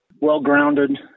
well-grounded